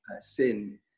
sin